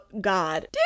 god